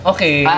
Okay